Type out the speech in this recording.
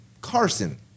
Carson